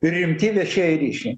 rimti viešieji ryšiai